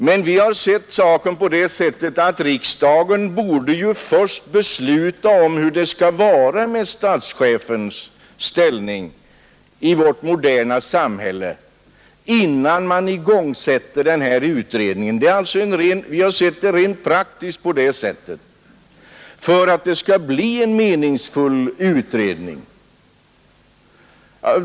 Men vi har sett saken så att riksdagen bör besluta vilken ställning statschefen skall ha i vårt moderna samhälle innan vi tillsätter den begärda utredningen. Vi har alltså ansett det tillvägagångssättet mest praktiskt om det skall bli en meningsfull utredning.